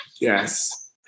Yes